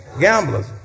Gamblers